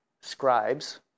scribes